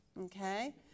Okay